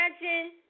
imagine